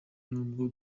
nubwo